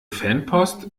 fanpost